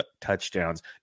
touchdowns